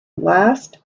last